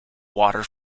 water